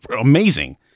amazing